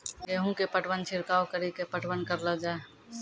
गेहूँ के पटवन छिड़काव कड़ी के पटवन करलो जाय?